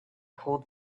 hold